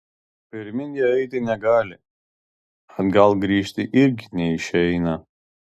pirmyn jie eiti negali atgal grįžti irgi neišeina